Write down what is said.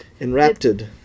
Enraptured